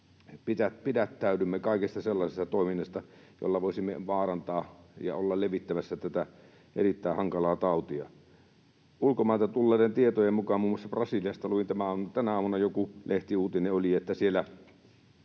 pidättäydymme kaikesta sellaisesta toiminnasta, jolla voisimme vaarantaa ja olla levittämässä tätä erittäin hankalaa tautia. Ulkomailta on tullut tietoja, muun muassa Brasiliasta luin tänä aamuna jonkun lehtiuutisen, että siellä